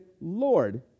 Lord